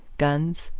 guns,